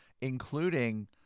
including